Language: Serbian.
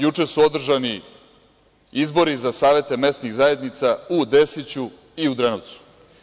Juče su održani izbori za savete mesnih zajednica u Desiću i u Drenovsu.